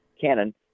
canon